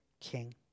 king